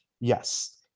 Yes